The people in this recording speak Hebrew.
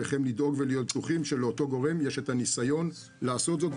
ועליכם לדאוג ולהיות בטוחים שלאותו גורם יש את הניסיון לעשות זאת,